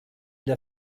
der